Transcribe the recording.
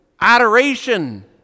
adoration